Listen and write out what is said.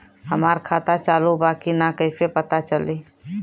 हमार खाता चालू बा कि ना कैसे पता चली?